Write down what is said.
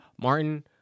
Martin